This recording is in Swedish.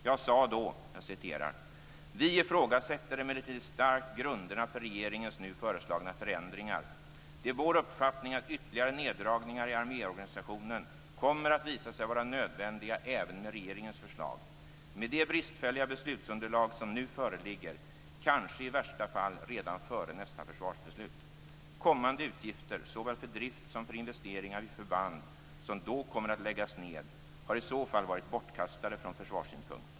Jag sade då att: " Vi ifrågasätter emellertid starkt grunderna för regeringens nu föreslagna förändringar beträffande - Det är vår uppfattning att ytterligare neddragningar i arméorganisationen kommer att visa sig vara nödvändiga även med regeringens förslag. Med det bristfälliga beslutsunderlag, som nu föreligger, kanske i värsta fall redan före nästa försvarsbeslut. Kommande utgifter såväl för drift som för investeringar vid förband, som då kommer att läggas ned, har i så fall varit 'bortkastade' från försvarssynpunkt.